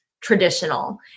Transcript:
traditional